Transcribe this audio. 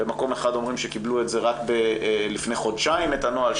במקום אחד אומרים שקיבלו רק לפני חודשיים את הנוהל,